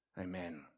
Amen